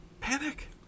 Panic